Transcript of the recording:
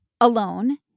alone